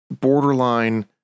borderline